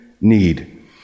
need